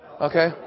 Okay